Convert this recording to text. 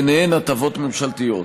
בהן הטבות ממשלתיות.